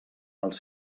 els